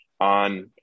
on